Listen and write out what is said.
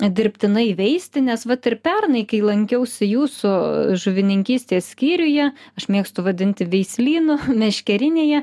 dirbtinai veisti nes vat ir pernai kai lankiausi jūsų žuvininkystės skyriuje aš mėgstu vadinti veislynu meškerinėje